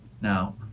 now